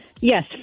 Yes